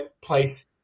place